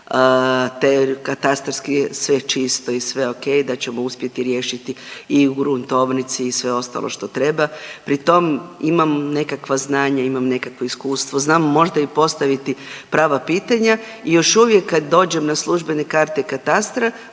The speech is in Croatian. te katastarski je sve čisto i sve okej, da ćemo uspjeti riješiti i u gruntovnici i sve ostalo što treba. Pri tom imam nekakva znanja, imam nekakvo iskustvo, znam možda i postaviti prava pitanja i još uvijek kad dođem na službene karte katastra